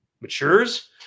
matures